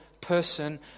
person